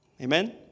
Amen